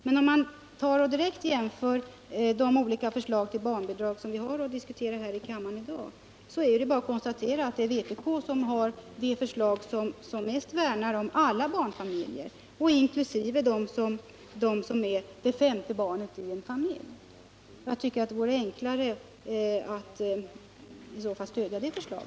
Men om man direkt jämför de olika förslag till barnbidrag som vi har att diskutera här i kammaren i dag, så är det bara att konstatera att vpk har det förslag som mest värnar om alla barnfamiljer, alltså även dem som har ett femte barn i familjen. Om man vill förbättra för just den gruppen av familjer, vore det enligt min mening enklare att stödja vpk:s förslag.